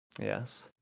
yes